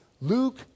Luke